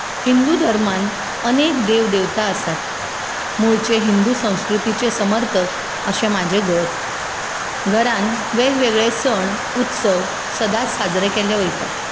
हिंदू धर्मांन अनेक देवदेवता आसात मुळचे हिंदू संस्कृतीचे समर्थक अशें म्हाजें घर घरांत वेग वेगळे सण उत्सव सदांच साजरे केले वयतात